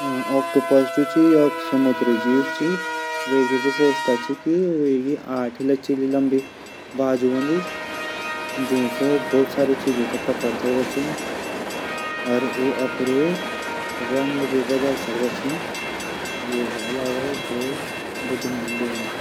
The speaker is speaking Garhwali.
ऑक्टोपस जू च समुद्री जीव च वेकी विशेषता च की आठी लचीली बाजू हूदी। ज्यू से कई चीजो से पकडदा छन। अर ऊ अपडू रंग भी बदल सकदा छन। ये अलावा ऊ बुध्दिमान भी हूदा।